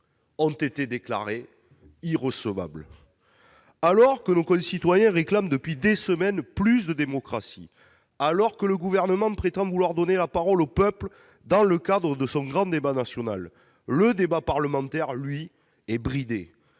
ont été déclarés irrecevables. Alors que nos concitoyens réclament depuis des semaines plus de démocratie, alors que le Gouvernement prétend vouloir donner la parole au peuple dans le cadre de son grand débat national, le débat parlementaire, lui, est bridé.